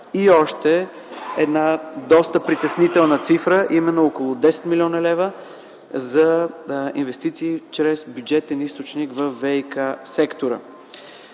и още една доста притеснителна цифра, а именно около 10 млн. лв. за инвестиции чрез бюджетен източник във ВиК-сектора.